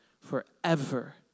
forever